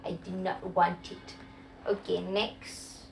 okay next